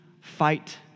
fight